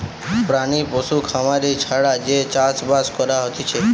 প্রাণী পশু খামারি ছাড়া যে চাষ বাস করা হতিছে